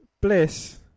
Bliss